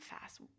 fast